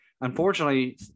unfortunately